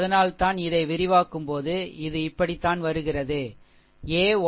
அதனால்தான் இதை விரிவாக்கும்போது இது இப்படித்தான் வருகிறது சரி